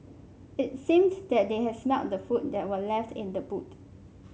it seemed that they had smelt the food that were left in the boot